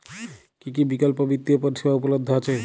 কী কী বিকল্প বিত্তীয় পরিষেবা উপলব্ধ আছে?